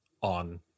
on